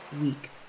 week